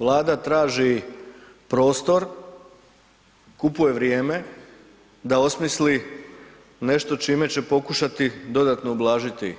Vlada traži prostor, kupuje vrijeme da osmisli nešto čime će pokušati dodatno ublažiti